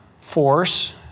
force